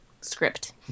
script